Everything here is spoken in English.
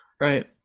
right